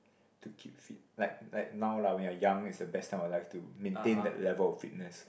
to keep fit like like now lah when you're young it's the best time our life to maintain that level of fitness